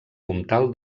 comtal